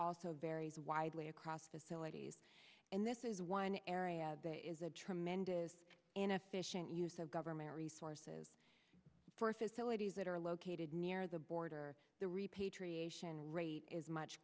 also varies widely across the delays and this is one area that is a tremendous and efficient use of government resources for facilities that are located near the border the repatriation rate is much